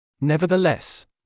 Nevertheless